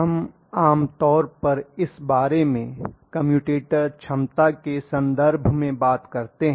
हम आमतौर पर इस बारे में कम्यूटेटर क्षमता के संदर्भ में बात करते हैं